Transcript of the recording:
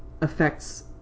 affects